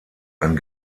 ein